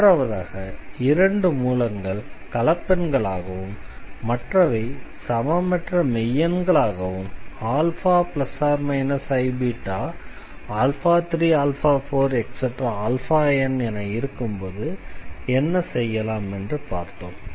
மூன்றாவதாக இரண்டு மூலங்கள் கலப்பெண்களாகவும் மற்றவை சமமற்ற மெய்யெண்கள் ஆகவும் α±iβ34n என இருக்கும்போது என்ன செய்யலாம் என்று பார்த்தோம்